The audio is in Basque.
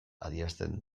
adierazten